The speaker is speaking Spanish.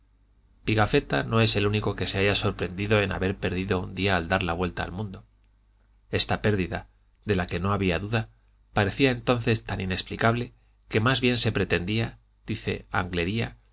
pigafetta no es el único que se haya sorprendido de haber perdido un día al dar la vuelta al mundo esta pérdida de la que no había duda parecía entonces tan inexplicable que más bien se pretendía dice